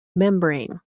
membrane